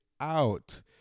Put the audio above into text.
out